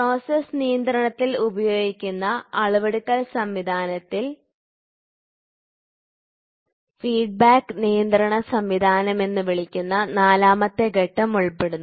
process നിയന്ത്രണത്തിൽ ഉപയോഗിക്കുന്ന അളവെടുക്കൽ സംവിധാനത്തിൽ ഫീഡ്ബാക്ക് നിയന്ത്രണ സംവിധാനം എന്ന് വിളിക്കുന്ന നാലാമത്തെ ഘട്ടം ഉൾപ്പെടുന്നു